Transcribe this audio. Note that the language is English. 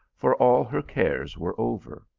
for all her cares were over.